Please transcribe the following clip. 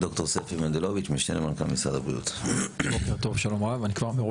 נעמה לזימי (יו"ר הוועדה המיוחדת לענייני צעירים): תודה רבה.